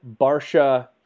Barsha